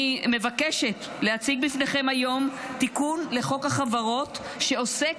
אני מבקשת להציג בפניכם היום תיקון לחוק החברות שעוסק